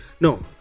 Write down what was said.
No